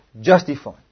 justified